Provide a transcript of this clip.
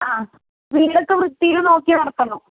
ആ വീടൊക്കെ വൃത്തീൽ നോക്കി നടത്തണം